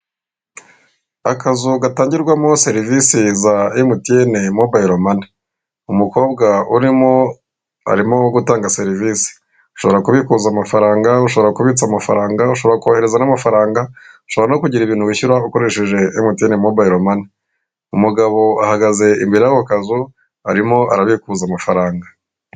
Akazu gatangirwamo serivisi za Emutiyene mobayilo mani, umukobwa urimo arimo gutanga serivisi ushobora kubikuza amafaranga, ushobora kubitsa amafaranga, ushobora kohereza n'amafaranga, ushobora no kugira ibintu wishyuraho ukoresheje Emutiyene mobayilo mani. Umugabo ahagaze imbere yako kazu arimo arabikuza amafaranga.